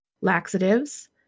laxatives